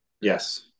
Yes